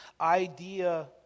idea